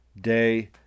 day